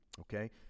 okay